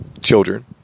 children